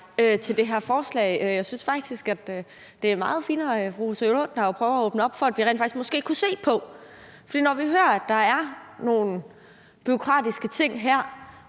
til det her forslag. Jeg synes faktisk, at det er meget finere af fru Rosa Lund, at hun jo prøver at åbne op for, at vi måske kunne se på det. Vi hører, at der er nogle bureaukratiske ting her,